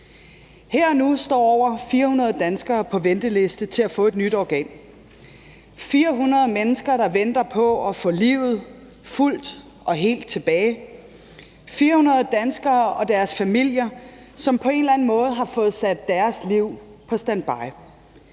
nu står over 400 danskere på venteliste til at få et nyt organ, 400 mennesker, der venter på at få livet fuldt og helt tilbage, 400 danskere og deres familier, som på en eller anden måde har fået sat deres liv på standby.